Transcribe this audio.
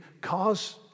cause